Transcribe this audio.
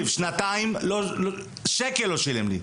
שנתיים שקל לא שילם לי.